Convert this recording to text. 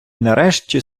нарешті